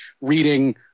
reading –